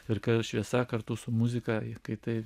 ir kad šviesa kartu su muzika kai taip